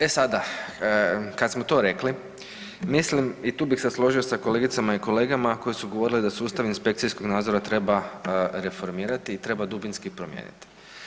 E sada kad smo to rekli, mislim i tu bih se složio sa kolegicama i kolegama koji su govorili da sustav inspekcijskog nadzora treba reformirati i treba dubinski promijeniti.